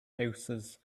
houses